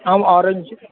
आम् ओरेञज्